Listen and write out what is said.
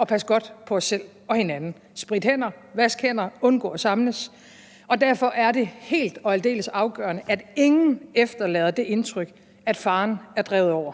at passe godt på os selv og hinanden ved at spritte hænder, vaske hænder, undgå at samles, og derfor er det helt og aldeles afgørende, at ingen efterlader det indtryk, at faren er drevet over.